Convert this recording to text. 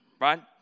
right